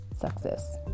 success